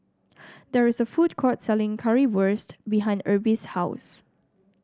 there is a food court selling Currywurst behind Erby's house